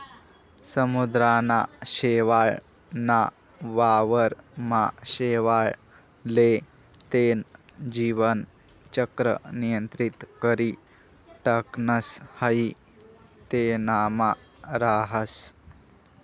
समुद्रना शेवाळ ना वावर मा शेवाळ ले तेन जीवन चक्र नियंत्रित करी टाकणस हाई तेनमा राहस